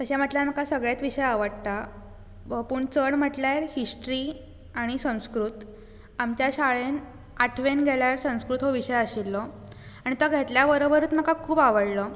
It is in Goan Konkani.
तशें म्हटल्यार म्हाका सगळेंच विशय आवडटा पूण चड म्हटल्यार हिस्ट्री आनी संस्कृत आमच्या शाळेन आठवेन गेल्यार संस्कृत हो विशय आशिल्लो आनी तो घेतल्या बरोबरुत म्हाका खूब आवडलो